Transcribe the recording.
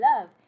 love